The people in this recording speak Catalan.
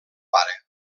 pare